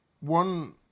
one